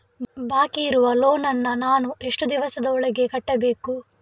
ಬಾಕಿ ಇರುವ ಲೋನ್ ನನ್ನ ನಾನು ಎಷ್ಟು ದಿವಸದ ಒಳಗೆ ಕಟ್ಟಬೇಕು?